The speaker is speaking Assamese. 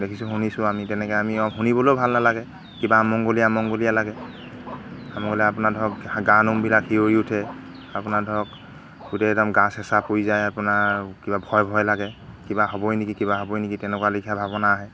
দেখিছোঁ শুনিছোঁ আমি তেনেকৈ আমি আৰু শুনিবলৈও ভাল নালাগে কিবা অমংগলীয়া অমংগলীয়া লাগে অমংগলে আপোনাৰ ধৰক গা নোমবিলাক সিঁয়ৰি উঠে আপোনাৰ ধৰক গোটেই একদম গা চেঁচা পৰি যায় আপোনাৰ কিবা ভয় ভয় লাগে কিবা হ'বই নেকি কিবা হ'বই নেকি তেনেকুৱা লেখীয়া ভাৱনা আহে